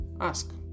ask